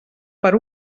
per